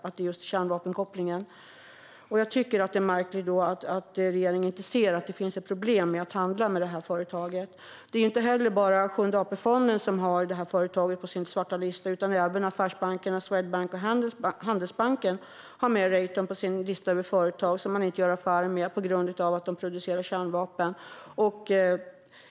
Det är märkligt att regeringen inte ser att det finns ett problem med att handla med detta företag. Det är inte bara Sjunde AP-fonden som har detta företag på sin svarta lista. Även affärsbankerna Swedbank och Handelsbanken har med Raytheon på sin lista över företag som man inte gör affärer med på grund av att de producerar kärnvapen.